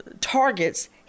targets